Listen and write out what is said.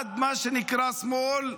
ועד מה שנקרא שמאל,